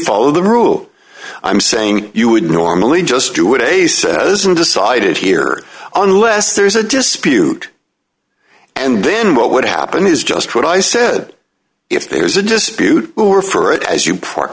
follow the rule i'm saying you would normally just do it a says and decided here unless there is a dispute and then what would happen is just what i said if there's a dispute over for it as you p